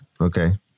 Okay